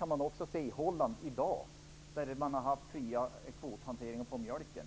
kan också se på Holland som exempel i dag där man har haft fri kvothantering på mjölken.